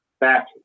back